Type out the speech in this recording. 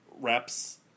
reps